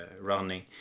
running